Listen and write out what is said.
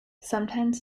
sometimes